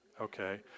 Okay